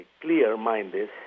clear-minded